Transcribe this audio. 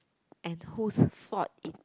and whose fault it